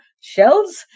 shells